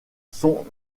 sont